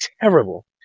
terrible